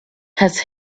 has